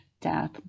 death